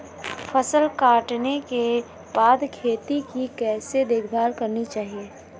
फसल काटने के बाद खेत की कैसे देखभाल करनी चाहिए?